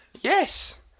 Yes